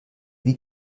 wie